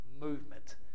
movement